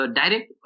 direct